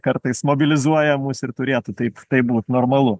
kartais mobilizuoja mus ir turėtų taip taip būt normalu